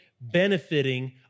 benefiting